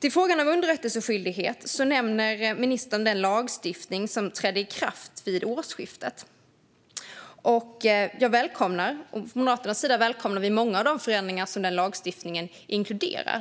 När det gäller frågan om underrättelseskyldighet nämnde ministern den lagstiftning som trädde i kraft vid årsskiftet. Jag och Moderaterna välkomnar många av de förändringar som lagstiftningen inkluderar.